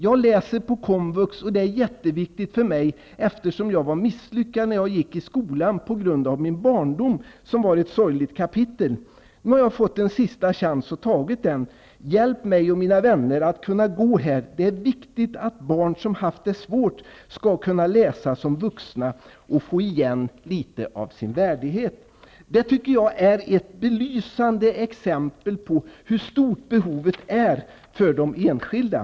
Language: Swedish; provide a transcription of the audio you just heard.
Jag läser på komvux, och det är jätteviktigt för mig eftersom jag var misslyckad när jag gick i skolan på grund av min barndom som var ett sorgligt kapitel. Nu har jag fått en sista chans och tagit den. Hjälp mig och mina vänner att kunna gå här. Det är viktigt att barn som haft det svårt ska kunna läsa som vuxna och få igen litet av sin värdighet.'' Detta tycker jag är ett belysande exempel på hur stort behovet är för de enskilda.